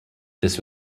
this